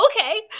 okay